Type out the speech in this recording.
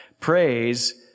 praise